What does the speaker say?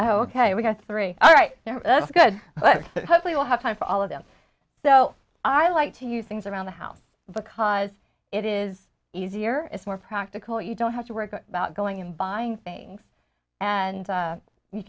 oh ok we got three all right now that's good but hopefully we'll have time for all of them so i like to use things around the house because it is easier it's more practical you don't have to work about going and buying things and